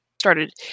started